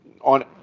on